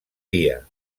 dia